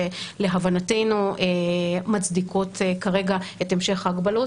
שלהבנתנו מצדיקות כרגע את המשך ההגבלות